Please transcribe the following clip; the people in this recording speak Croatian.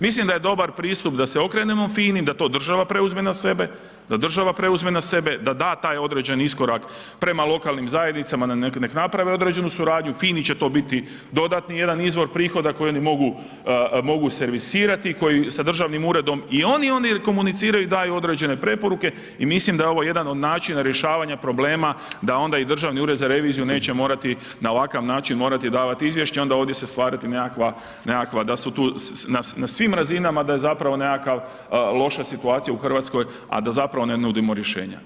Mislim da je dobar pristup da se okrenemo FINI, da to država preuzme na sebe, da država preuzme na sebe, da da taj određeni iskorak prema lokalnim zajednicama, nek naprave određenu suradnju, FINI će to biti dodatni jedan izvor prihoda koji oni mogu, mogu servisirati koji sa državnim uredom i oni, oni komuniciraju i daju određene preporuke i mislim da je ovo jedan od načina rješavanja problema da onda i Državni ured za reviziju neće morati na ovakav način morati davati izvješće onda se ovdje stvarati nekakva, nekakva da su tu na svim razinama da je zapravo nekakav loša situacija u Hrvatskoj, a da zapravo ne nudimo rješenja.